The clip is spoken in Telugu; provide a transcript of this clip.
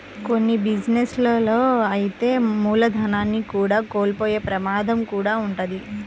కొన్ని బిజినెస్ లలో అయితే మూలధనాన్ని కూడా కోల్పోయే ప్రమాదం కూడా వుంటది